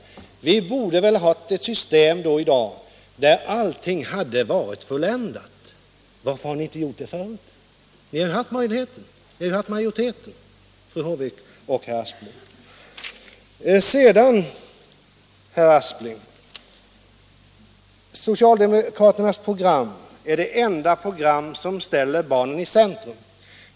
Ni borde väl i dag ha haft ett system där allting skulle ha varit fulländat. Varför har ni inte själva gjort detta förut? Ni har ju haft majoritet och alltså möjlighet att genomföra detta. Sedan säger herr Aspling att socialdemokraternas program är det enda som ställer barnet i centrum.